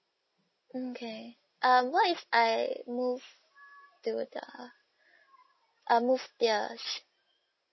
mm okay uh what if I move silver tier uh move tiers